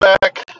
back